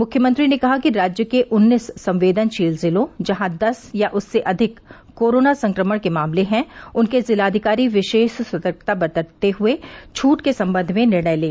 मुख्यमंत्री ने कहा कि राज्य के उन्नीस संवेदनशील जिलों जहां दस या उससे अधिक कोरोना संक्रमण के मामले हैं उनके जिलाधिकारी विशेष सतर्कता बरतते हुए छूट के सम्बंध में निर्णय लें